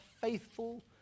faithful